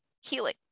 healing